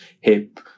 hip